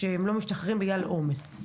שהם לא משתחררים בגלל עומס.